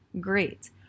Great